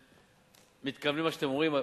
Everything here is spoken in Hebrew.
אתם מתכוונים למה שאתם אומרים,